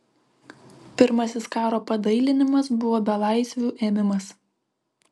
pirmasis karo padailinimas buvo belaisvių ėmimas